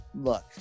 look